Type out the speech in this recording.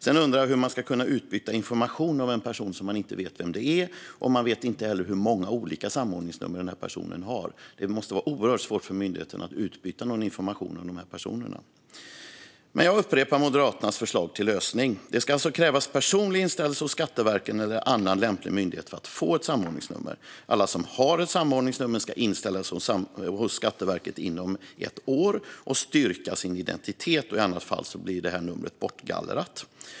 Sedan undrar jag hur man ska kunna utbyta information om en person om man inte vet vem det är och inte heller vet hur många olika samordningsnummer personen har. Det måste vara oerhört svårt för myndigheter att utbyta information om dessa personer. Jag upprepar Moderaternas förslag till lösning: Det ska krävas personlig inställelse hos Skatteverket eller annan lämplig myndighet för att få ett samordningsnummer. Alla som har ett samordningsnummer ska inställa sig hos Skatteverket inom ett år och styrka sin identitet; i annat fall blir numret bortgallrat.